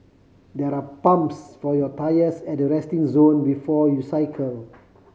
there are pumps for your tyres at the resting zone before you cycle